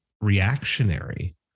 reactionary